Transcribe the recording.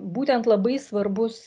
būtent labai svarbus